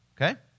Okay